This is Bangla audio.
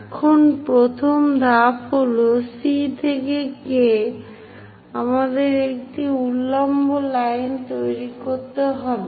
এখন প্রথম ধাপ হল C থেকে K আমাদের একটি উল্লম্ব লাইন তৈরি করতে হবে